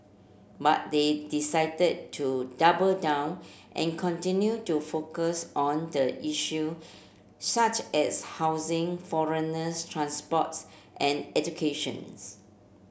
but they decided to double down and continue to focus on the issue such as housing foreigners transports and educations